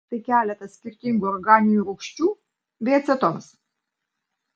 tai keletas skirtingų organinių rūgščių bei acetonas